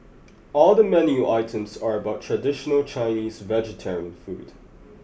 all the menu items are about traditional Chinese vegetarian food